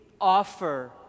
offer